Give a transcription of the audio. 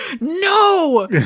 no